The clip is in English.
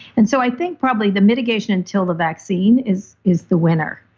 and so i think probably the mitigation until the vaccine is is the winner